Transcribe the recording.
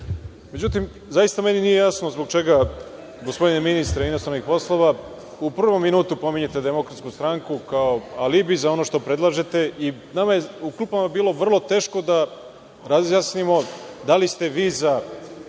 Balkan.Međutim, zaista meni nije jasno zbog čega, gospodine ministre inostranih poslova, u prvom minutu pominjete DS, kao alibi za ono što predlažete i nama je u klupama bilo vrlo teško da razjasnimo da li ste vi